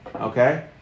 Okay